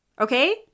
okay